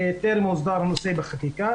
טרם הוסדר הנושא בחקיקה.